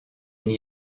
n’y